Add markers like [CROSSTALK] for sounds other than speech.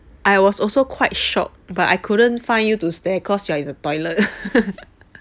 I was also quite shocked but I couldn't find you to stare cause you are in the toilet [LAUGHS]